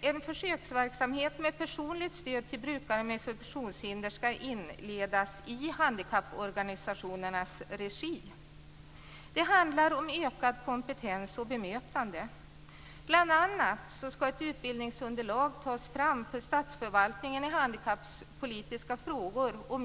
En försöksverksamhet med personligt stöd till brukare med funktionshinder ska inledas i handikapporganisationernas regi. Det handlar om ökad kompetens och ökat bemötande. Bl.a. ska ett utbildningsunderlag i handikappolitiska frågor tas fram för statsförvaltningen.